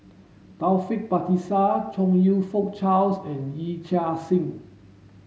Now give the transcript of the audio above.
Taufik Batisah Chong You Fook Charles and Yee Chia Hsing